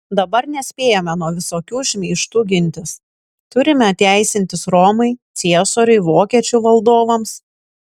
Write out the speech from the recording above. dabar nespėjame nuo visokių šmeižtų gintis turime teisintis romai ciesoriui vokiečių valdovams